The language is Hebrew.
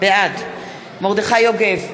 בעד מרדכי יוגב,